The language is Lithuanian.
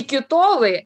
iki tolai